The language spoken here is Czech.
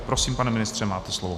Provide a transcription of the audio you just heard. Prosím, pane ministře, máte slovo.